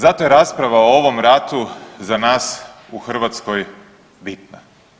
Zato je rasprava o ovom ratu za nas u Hrvatskoj bitna.